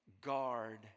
guard